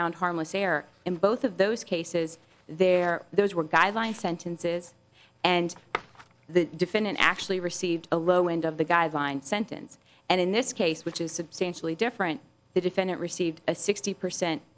found harmless error in both of those cases there those were guidelines sentences and the defendant actually received a lower end of the guideline sentence and in this case which is substantially different the defendant received a sixty percent